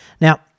Now